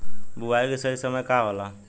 बुआई के सही समय का होला?